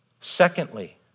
Secondly